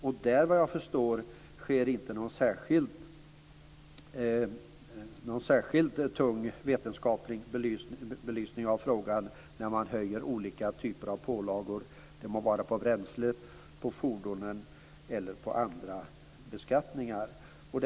Där sker vad jag förstår ingen särskilt tung vetenskaplig belysning av frågan när man höjer olika typer av pålagor - det må vara på bränslet, på fordonen eller på andra skatteobjekt.